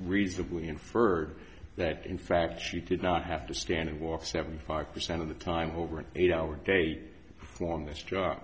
reasonably infer that in fact she did not have to stand and walk seventy five percent of the time over an eight hour day long this job